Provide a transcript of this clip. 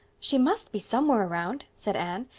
she must be somewhere around, said anne.